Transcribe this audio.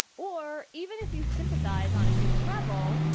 or even if you sympathize on a human level,